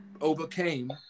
overcame